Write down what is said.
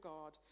God